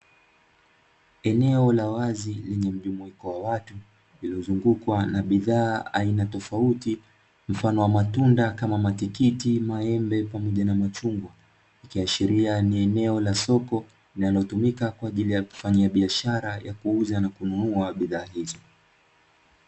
Eneo la wazi lenye mjumuiko wa watu lililozungukwa na bidhaa aina tofauti mfano wa matunda kama: matikiti, maembe pamoja na machungwa ikiashiria ni eneo la soko linalotumika kwa ajili ya kufanyia biashara ya kuuza na kununua bidhaa hizo.